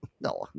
No